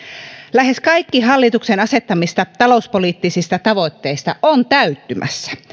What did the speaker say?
lähes kaikki hallituksen asettamista talouspoliittisista tavoitteista ovat täyttymässä